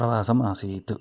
प्रवासम् आसीत्